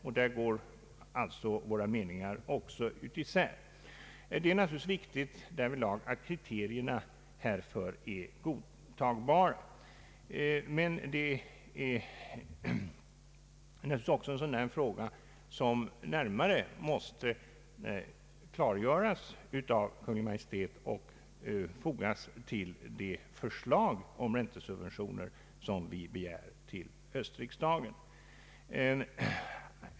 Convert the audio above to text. Också där går meningarna alltså isär. Det är naturligtvis viktigt att kriterierna härför är godtagbara, men det är också en sådan fråga som närmare måste klargöras av Kungl. Maj:t i samband med det förslag om räntesubventioner som vi begär till höstriksdagen.